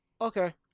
Okay